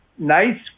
Nice